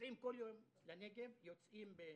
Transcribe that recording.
נוסעים כל יום לנגב, יוצאים ב-05:00,